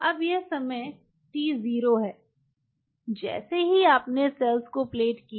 अब यह समय T0 है जैसे ही आपने सेल्स को प्लेट किया